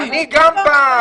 אני גם בעד.